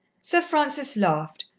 sir francis laughed,